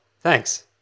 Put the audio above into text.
thanks